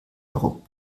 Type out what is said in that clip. herum